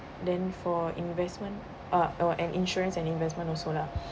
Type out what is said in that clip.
then for investment uh and insurance and investment also lah